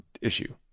issue